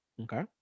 Okay